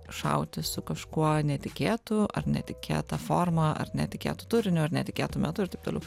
šauti su kažkuo netikėtu ar netikėta forma ar netikėtu turiniu ar netikėtu metu ir taip toliau